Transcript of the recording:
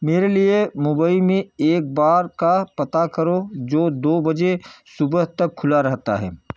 मेरे लिए मुम्बई में एक बार का पता करो जो दो बजे सुबह तक खुला रहता है